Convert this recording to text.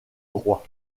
roi